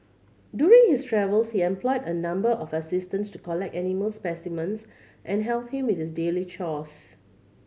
during his travels he employed a number of assistants to collect animal specimens and help him with his daily chores